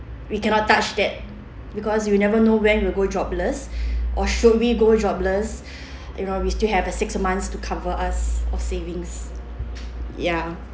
we cannot touch that because you never know when we'll go jobless or should we go jobless you know we still have a six months to cover us of savings ya